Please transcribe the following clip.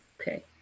Okay